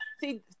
see